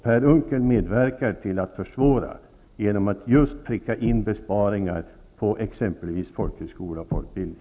Per Unckel medverkar till att försvåra genom att just pricka in besparingar av exempelvis folkhögskolor och folkbildning.